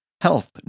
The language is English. Health